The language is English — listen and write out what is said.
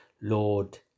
Lord